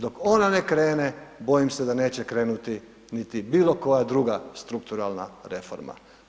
Dok ona ne krene, bojim se da neće krenuti niti bilo koja druga strukturalna reforma.